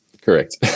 Correct